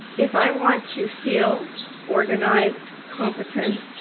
if i want to feel organized, competent,